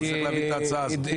אני לא מצליח להבין את ההצעה הזאת.